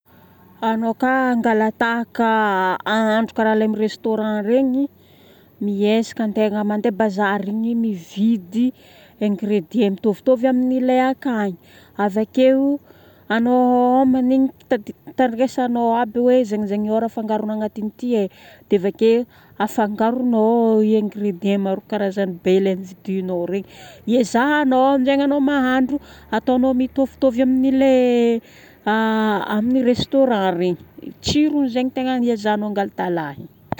Anao ka hangala-tahaka ahandro karaha lay amin'ny restaurant regny, miezaka antegna mandeha bazary ny mividy ingrédients mitovitovy amin'ilay akagny. Avakeo anao ao magni- tadi- tandrinesagnao aby hoe ze lazain'ny ologna afangaronao agnatin'ity e. Dia vake afangaronao i ingrédients maro karazagny be ilay novidinao regny. Iezahanao amin'izay anao mahandro, atao mitovitovy amin'ilay amin'ny restaurant regny. Tsirony zegny tegna niezahagnao ngatalahigna.